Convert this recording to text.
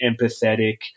empathetic